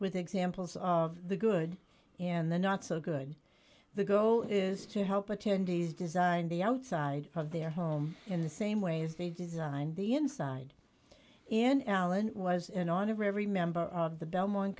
with examples of the good and the not so good the goal is to help attendees design the outside of their home in the same way as they designed the inside and alan was in on of every member of the belmont